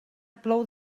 plou